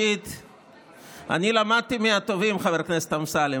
אני למדתי מהטובים, חבר הכנסת אמסלם.